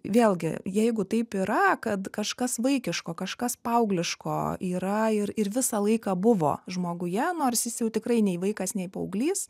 vėlgi jeigu taip yra kad kažkas vaikiško kažkas paaugliško yra ir ir visą laiką buvo žmoguje nors jis jau tikrai nei vaikas nei paauglys